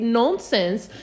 nonsense